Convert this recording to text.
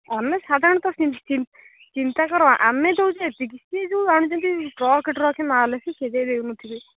ଆମେ ସାଧାରଣତଃ ଚିନ୍ତା କର ଆମେ ଦେଉଛେ ଏତିକି କିଛି ସେ ଯେଉଁ ଆଣୁଛନ୍ତି ଟ୍ରକ୍ ଟ୍ରକ୍ ମାଲ ସେ କେଯାଏ ଦେଉ ନଥିବେ